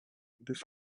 this